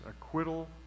acquittal